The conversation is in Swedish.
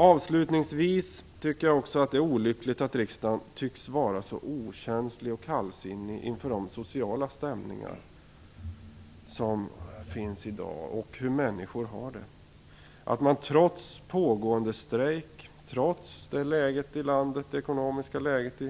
Avslutningsvis tycker jag också att det är olyckligt att riksdagen tycks vara så okänslig och kallsinnig inför de sociala stämningar som finns i dag och inför människors situation. Trots pågående strejk och det ekonomiska läget